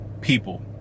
people